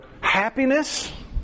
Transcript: happiness